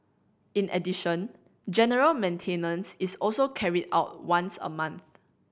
in addition general maintenance is also carried out once a month